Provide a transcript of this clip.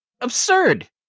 absurd